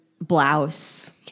blouse